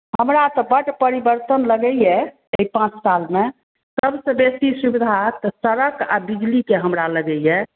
हमरा तऽ बड्ड परिवर्तन लगैया एहि पाँच साल मे सबसँ बेसी सुविधा सड़क आ बिजली के हमरा लगैया